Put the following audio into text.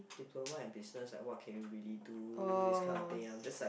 diploma in business like what can you really do this kind of thing I'm just like